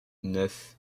neuf